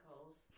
calls